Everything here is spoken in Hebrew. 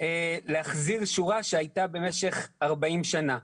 להחזיר שורה שהייתה במשך 40 שנה.